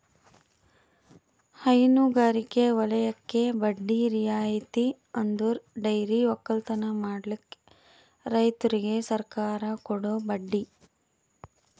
ಹೈನಗಾರಿಕೆ ವಲಯಕ್ಕೆ ಬಡ್ಡಿ ರಿಯಾಯಿತಿ ಅಂದುರ್ ಡೈರಿ ಒಕ್ಕಲತನ ಮಾಡ್ಲುಕ್ ರೈತುರಿಗ್ ಸರ್ಕಾರ ಕೊಡೋ ಬಡ್ಡಿ